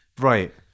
Right